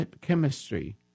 chemistry